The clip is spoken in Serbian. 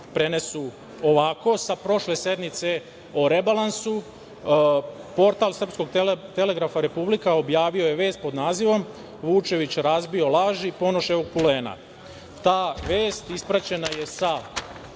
prenesu ovako sa prošle sednice o rebalansu. Portal „Srpskog telegrafa“ objavio je vest pod nazivom – Vučević razbio laži Ponoševog pulena. Ta vest ispraćena je sa